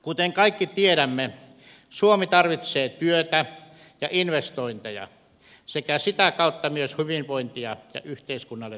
kuten kaikki tiedämme suomi tarvitsee työtä ja investointeja sekä sitä kautta myös hyvinvointia ja yhteiskunnalle verotuloja